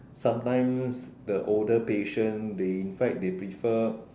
sometimes the older patient they in fact they prefer